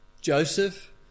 Joseph